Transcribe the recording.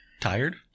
Tired